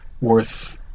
worth